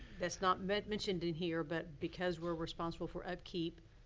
that's not mentioned in here. but, because we're responsible for upkeep,